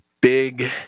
big